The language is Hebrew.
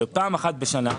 פעם אחת בשנה,